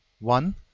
one